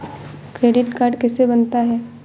Credit card कैसे बनता है?